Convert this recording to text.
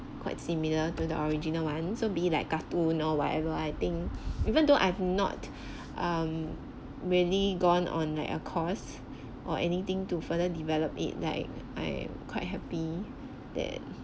quite similar to the original one so be it like cartoon or whatever I think even though I've not um really gone on like a course or anything to further develop it like I'm quite happy that